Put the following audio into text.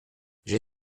j’ai